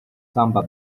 samba